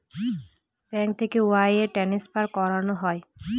bank থেকে wire transfer করানো হয়